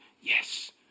yes